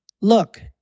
Look